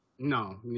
No